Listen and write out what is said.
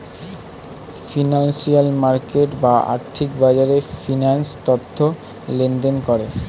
financial market বা আর্থিক বাজারে ফিন্যান্স তথ্য লেনদেন করে